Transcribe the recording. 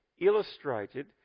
illustrated